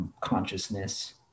consciousness